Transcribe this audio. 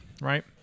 Right